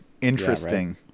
Interesting